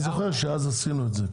אני זוכר שאז עשינו את זה.